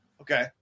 Okay